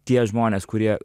tie žmonės kurie